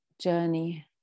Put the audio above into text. journey